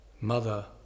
Mother